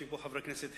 יושבים פה חברי כנסת,